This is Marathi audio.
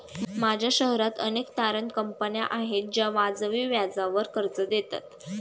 माझ्या शहरात अनेक तारण कंपन्या आहेत ज्या वाजवी व्याजावर कर्ज देतात